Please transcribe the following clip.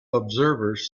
observers